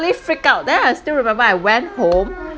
really freak out then I still remember I went home